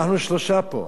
אנחנו שלושה פה.